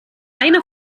eine